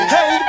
Hey